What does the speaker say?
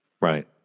right